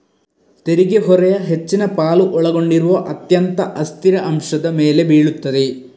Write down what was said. ತೆರಿಗೆ ಹೊರೆಯ ಹೆಚ್ಚಿನ ಪಾಲು ಒಳಗೊಂಡಿರುವ ಅತ್ಯಂತ ಅಸ್ಥಿರ ಅಂಶದ ಮೇಲೆ ಬೀಳುತ್ತದೆ